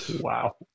Wow